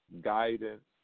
guidance